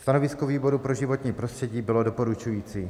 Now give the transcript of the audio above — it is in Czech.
Stanovisko výboru pro životní prostředí bylo doporučující.